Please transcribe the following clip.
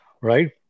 right